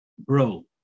Bro